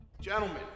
Gentlemen